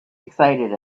excited